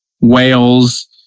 Wales